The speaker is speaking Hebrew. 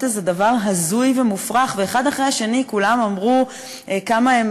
איזה דבר הזוי ומופרך: אחד אחרי השני כולם אמרו כמה הם